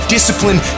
Discipline